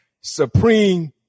supreme